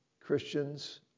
Christians